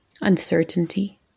uncertainty